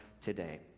today